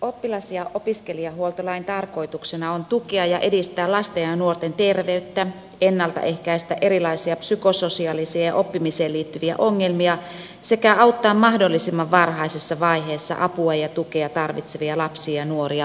oppilas ja opiskelijahuoltolain tarkoituksena on tukea ja edistää lasten ja nuorten terveyttä ennalta ehkäistä erilaisia psykososiaalisia ja oppimiseen liittyviä ongelmia sekä auttaa mahdollisimman varhaisessa vaiheessa apua ja tukea tarvitsevia lapsia ja nuoria palvelujen pariin